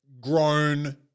grown